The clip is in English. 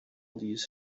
these